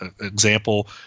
example